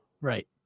Right